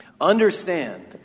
understand